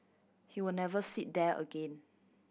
he will never sit there again